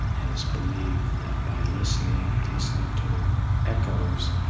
and it's believed that, by listening and listening to their echoes,